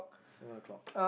seven o-clock